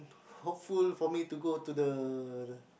hopeful hope me to go to the